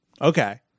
Okay